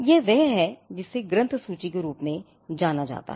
यह वह है जिसे ग्रंथ सूची के रूप में जाना जाता है